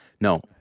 No